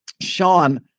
Sean